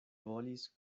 volis